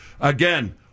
Again